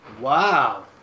Wow